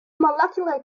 molecular